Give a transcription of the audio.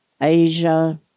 Asia